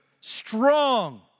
strong